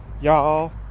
y'all